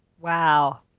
Wow